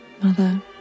Mother